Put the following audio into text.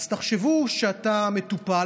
אז תחשבו שאתה מטופל,